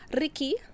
Ricky